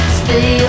stay